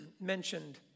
mentioned